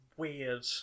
weird